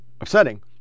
upsetting